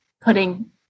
putting